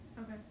Okay